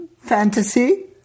fantasy